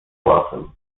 płaczem